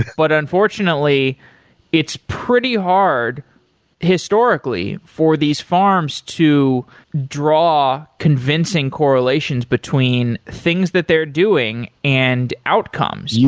but unfortunately it's pretty hard historically for these farms to draw convincing correlations between things that they're doing and outcomes. yeah